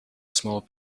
small